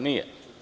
Nije.